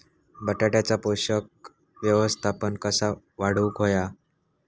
बटाट्याचा पोषक व्यवस्थापन कसा वाढवुक होया?